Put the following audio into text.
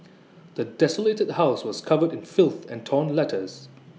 the desolated house was covered in filth and torn letters